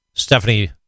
Stephanie